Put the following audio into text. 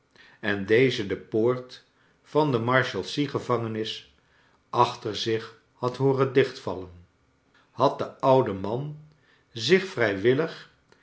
en deze de poort van de marshalsea gevangenis achter zich had ho or en dichtvallen had de oude man zich vrijwillig